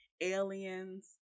aliens